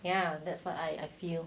ya that's what I feel